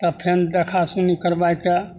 तब फेन देखा सूनी करबाइके